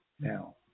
now